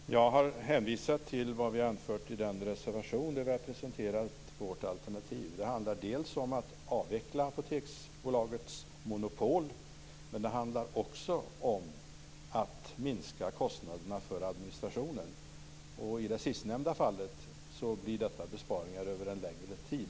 Fru talman! Jag har hänvisat till vad vi har anfört i den reservation där vi har presenterat vårt alternativ. Det handlar dels om att avveckla Apoteksbolagets monopol, dels om att minska kostnaderna för administrationen. I det sistnämnda fallet blir detta besparingar över en längre tid.